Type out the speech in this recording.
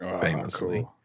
famously